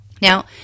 Now